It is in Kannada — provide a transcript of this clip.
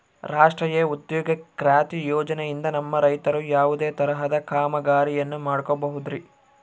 ರಾಷ್ಟ್ರೇಯ ಉದ್ಯೋಗ ಖಾತ್ರಿ ಯೋಜನೆಯಿಂದ ನಮ್ಮ ರೈತರು ಯಾವುದೇ ತರಹದ ಕಾಮಗಾರಿಯನ್ನು ಮಾಡ್ಕೋಬಹುದ್ರಿ?